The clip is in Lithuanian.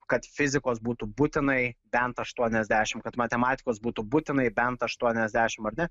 kad fizikos būtų būtinai bent aštuoniasdešimt kad matematikos būtų būtinai bent aštuoniasdešimt ar ne